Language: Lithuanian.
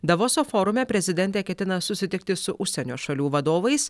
davoso forume prezidentė ketina susitikti su užsienio šalių vadovais